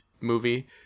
movie